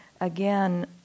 again